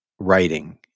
writing